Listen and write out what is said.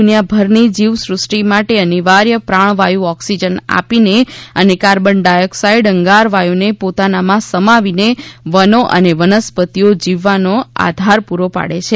દુનિયાભરની જીવસૃષ્ટિ માટે અનિવાર્ય પ્રાણવાયુ ઓક્સિજન આપીને અને કાર્બન ડાયોક્સાઇડ અંગારવાયુને પોતાનામાં સમાવીને વનો અને વનસ્પતિઓ જીવવાનો આધાર પૂરો પાડે છે